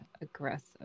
aggressive